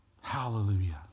Hallelujah